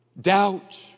doubt